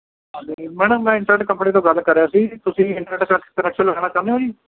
ਹਾਂਜੀ ਮੈਡਮ ਮੈਂ internet company ਤੋਂ ਗੱਲ ਕਰ ਰਿਹਾ ਸੀ ਤੁਸੀਂ ਇੰਟਰਨੈੱਟ ਕਨੈ ਕਨੈਕਸ਼ਨ ਲਗਵਾਉਣਾ ਚਾਹੁੰਦੇ ਹੋ ਜੀ